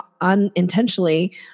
unintentionally